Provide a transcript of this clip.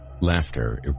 Laughter